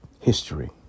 History